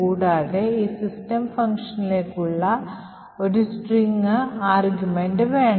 കൂടാതെ ഈ സിസ്റ്റം ഫംഗ്ഷനിലേക്കുള്ള ഒരു സ്ട്രിംഗ് ആർഗ്യുമെൻറ് വേണം